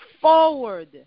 forward